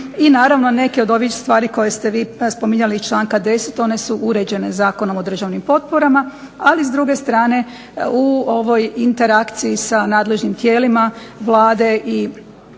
I naravno neke od ovih stvari koje ste vi spominjali iz članka 10. one su uređene Zakonom o državnim potporama, ali s druge strane u ovoj interakciji sa nadležnim tijelima Vlade RH